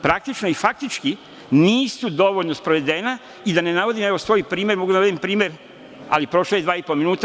Praktično i faktički nisu dovoljno sprovedena i da ne navodim, evo, svoji primer, mogu da navedem primer, ali prošlo je dva i po minuta.